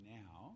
now